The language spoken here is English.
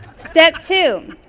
step two,